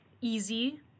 easy